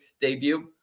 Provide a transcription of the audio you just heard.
debut